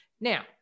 Now